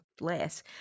less